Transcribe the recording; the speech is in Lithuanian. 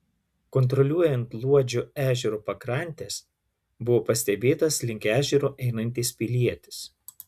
kontroliuojant luodžio ežero pakrantes buvo pastebėtas link ežero einantis pilietis